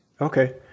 Okay